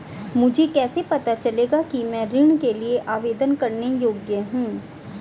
मुझे कैसे पता चलेगा कि मैं ऋण के लिए आवेदन करने के योग्य हूँ?